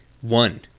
One